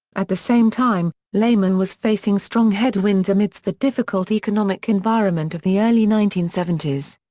at the same time, lehman was facing strong headwinds amidst the difficult economic environment of the early nineteen seventy s.